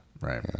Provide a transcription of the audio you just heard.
Right